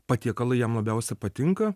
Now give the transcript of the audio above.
patiekalai jam labiausia patinka